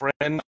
friend